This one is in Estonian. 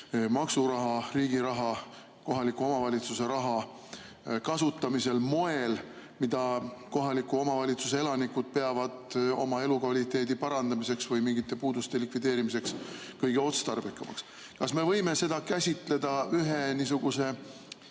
maksuraha, riigi raha, kohaliku omavalitsuse raha kasutamisel sellel moel, et mida kohaliku omavalitsuse elanikud peavad oma elukvaliteedi parandamiseks või mingite puuduste likvideerimiseks kõige otstarbekamaks. Kas me võime seda käsitleda ühe niisuguse